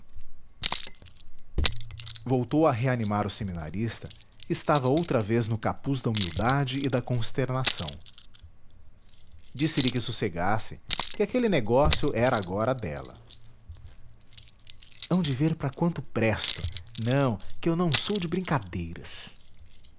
voltou a reanimar o seminarista que estava outra vez www nead unama br no capuz da humildade e da consternação disse-lhe que sossegasse que aquele negócio era agora dela hão de ver para quanto presto não que eu não sou de brincadeiras